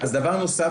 אז דבר נוסף,